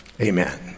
amen